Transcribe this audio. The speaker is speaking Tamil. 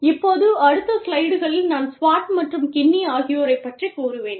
இப்போது அடுத்த ஸ்லைடுகளில் நான் ஸ்வார்ட் மற்றும் கின்னி ஆகியோரை பற்றிக் கூறுவேன்